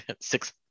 six